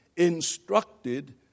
Instructed